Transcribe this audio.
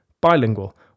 bilingual